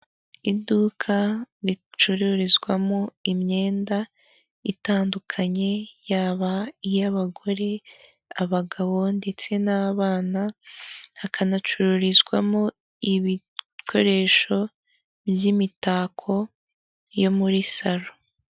Iduka ricururizwamo imyenda itandukanye yaba iy'abagore, abagabo ndetse n'abana, hakana cururizwamo ibikoresho by'imitako yo muri salo.